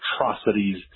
atrocities